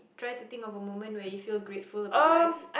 try to think of a moment where you feel grateful about life